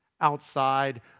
outside